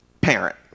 parent